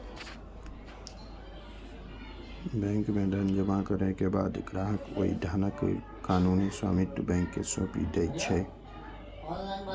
bank मे धन जमा करै के बाद ग्राहक ओइ धनक कानूनी स्वामित्व बैंक कें सौंपि दै छै